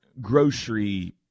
grocery